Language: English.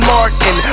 Martin